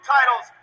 Titles